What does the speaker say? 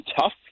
tough